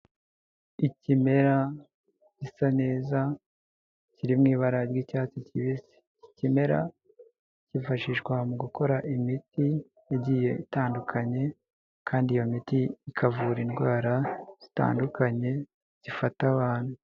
Ikimera gisa neza kiri mw'ibara ry'icyatsi kibisi ikimera cyifashishwa mu gukora imiti giye itandukanye kandi iyo miti ikavura indwara zitandukanye zifata abantu.